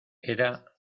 era